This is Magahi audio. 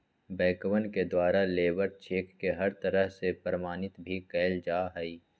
बैंकवन के द्वारा लेबर चेक के हर तरह से प्रमाणित भी कइल जा हई